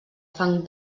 fang